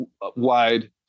wide